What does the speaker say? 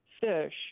fish